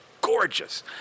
gorgeous